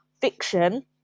fiction